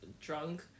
drunk